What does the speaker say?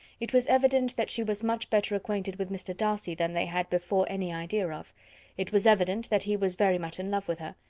it was evident that she was much better acquainted with mr. darcy than they had before any idea of it was evident that he was very much in love with her.